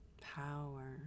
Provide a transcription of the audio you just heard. Power